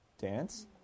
dance